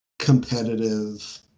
competitive